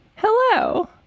Hello